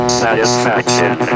satisfaction